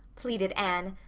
pleaded anne.